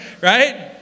right